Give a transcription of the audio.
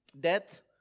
death